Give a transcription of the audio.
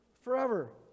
forever